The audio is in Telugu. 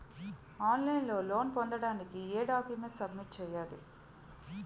ఆన్ లైన్ లో లోన్ పొందటానికి ఎం డాక్యుమెంట్స్ సబ్మిట్ చేయాలి?